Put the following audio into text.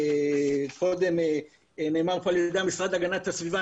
כמו שקודם נאמר פה על ידי המשרד להגנת הסביבה,